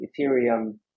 Ethereum